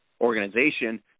organization